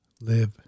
live